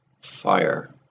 fire